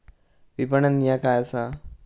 विपणन ह्या काय असा?